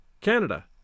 Canada